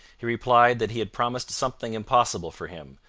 he replied that he had promised something impossible for him,